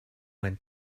went